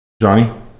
Johnny